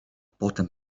potem